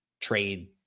trade